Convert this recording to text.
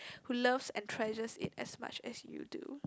who loves and treasures it as much as you do